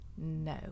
No